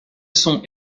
sont